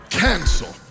cancel